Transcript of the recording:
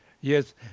Yes